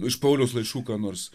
iš pauliaus laiškų ką nors